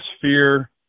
fear